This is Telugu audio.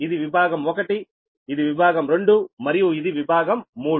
ఇది విభాగం 1 ఇది విభాగం 2 మరియు ఇది విభాగం 3